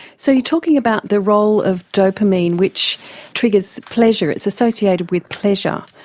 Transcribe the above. so you're talking about the role of dopamine which triggers pleasure, it's associated with pleasure,